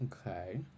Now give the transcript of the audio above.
Okay